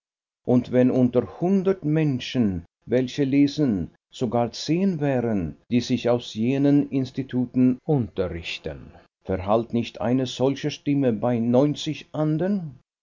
und wenn unter hundert menschen welche lesen sogar zehn wären die sich aus jenen instituten unterrichten verhallt nicht eine solche stimme bei neunzig andern